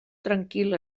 tranquil